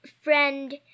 friend